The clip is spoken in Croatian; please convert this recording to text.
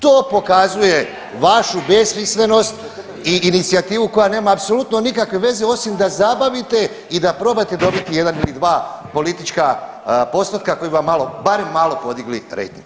To pokazuje vašu besmislenost i inicijativu koja nema apsolutno nikakve veze osim da zabavite i da probate dobiti jedan ili dva politička postotka koji bi vam malo, barem malo podigli rejting.